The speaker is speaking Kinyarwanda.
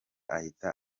ahita